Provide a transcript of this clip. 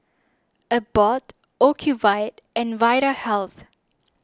Abbott Ocuvite and Vitahealth